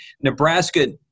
Nebraska